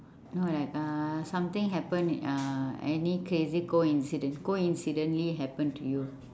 no like uh something happen uh any crazy coincidence coincidentally happen to you